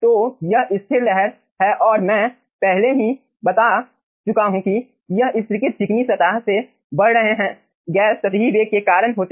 तो यह स्थिर लहर है और मैं पहले ही बता चुका हूं कि यह स्तरीकृत चिकनी सतह से बढ़ रहे गैस सतही वेग के कारण होता है